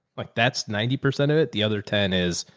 like that's ninety percent of it. the other ten is.